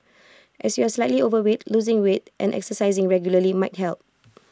as you are slightly overweight losing weight and exercising regularly might help